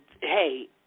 hey